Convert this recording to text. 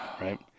right